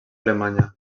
alemanya